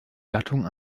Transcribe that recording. gattung